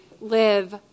live